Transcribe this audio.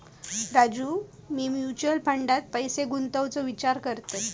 राजू, मी म्युचल फंडात पैसे गुंतवूचो विचार करतय